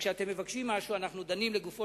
וכשאתם מבקשים משהו אנחנו דנים לגופו